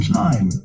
time